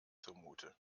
zumute